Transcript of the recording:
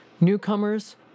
Newcomers